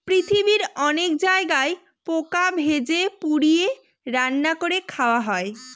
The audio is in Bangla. পৃথিবীর অনেক জায়গায় পোকা ভেজে, পুড়িয়ে, রান্না করে খাওয়া হয়